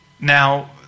Now